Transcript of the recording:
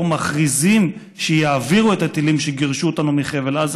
מכריזים שיעבירו את הטילים שגירשו אותנו מחבל עזה